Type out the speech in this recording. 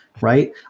Right